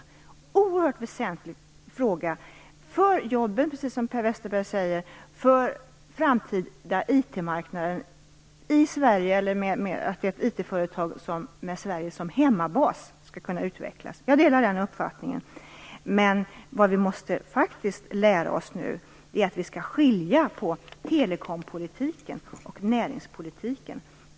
Det är en oerhört väsentlig fråga för jobben, precis som Per Westerberg säger, för den framtida IT-marknaden i Sverige och för att ett företag med Sverige som hemmabas skall kunna utvecklas. Jag delar den uppfattningen. Men nu måste vi faktiskt lära oss att skilja mellan telekompolitiken och näringspolitiken.